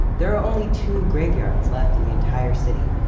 there are only two graveyards left in the entire city.